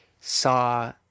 saw